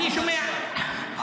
לא.